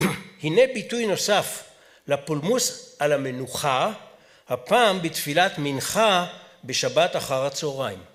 הנה ביטוי נוסף לפולמוס על המנוחה הפעם בתפילת מנחה בשבת אחר הצהריים.